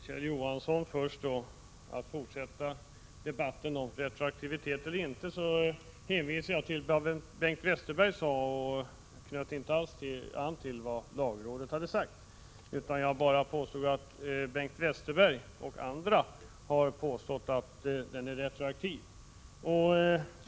Herr talman! Till Kjell Johansson vill jag säga att när jag hänvisade till vad Bengt Westerberg sagt om retroaktivitet knöt jag inte alls an till lagrådets yttrande. Jag bara sade att Bengt Westerberg och andra har påstått att skatten är retroaktiv.